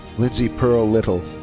lindsay pearl littell.